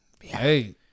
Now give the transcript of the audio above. Hey